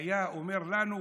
שהיה אומר לנו,